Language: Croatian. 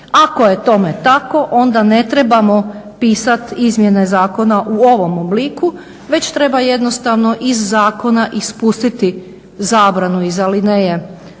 Ako je tome tako onda ne trebamo pisati izmjene zakona u ovom obliku već treba jednostavno iz zakona ispustiti zabranu iz alineje